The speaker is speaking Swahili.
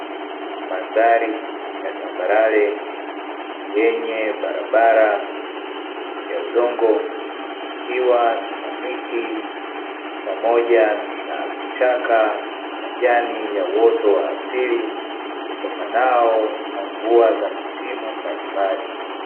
Mandhari ya tambarare yenye barabara ya udongo, ikiwa na miti pamoja na vichaka na majani ya uoto wa asili, utokanao na mvua za misimu mbalimbali.